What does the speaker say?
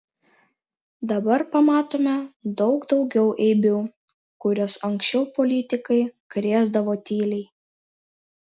dabar pamatoma daug daugiau eibių kurias anksčiau politikai krėsdavo tyliai